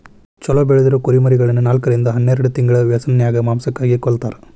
ಚೊಲೋ ಬೆಳದಿರೊ ಕುರಿಮರಿಗಳನ್ನ ನಾಲ್ಕರಿಂದ ಹನ್ನೆರಡ್ ತಿಂಗಳ ವ್ಯಸನ್ಯಾಗ ಮಾಂಸಕ್ಕಾಗಿ ಕೊಲ್ಲತಾರ